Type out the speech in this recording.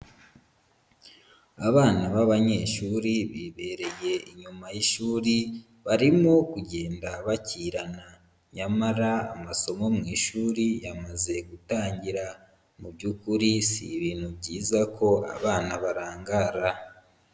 Abana b'abanyeshuri bibereye inyuma y'ishuri, barimo kugenda bakirana nyamara amasomo mu ishuri yamaze gutangira. Mu by'ukuri si ibintu byiza ko abana barangara.